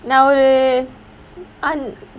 நான் ஒரு:naan oru